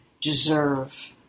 deserve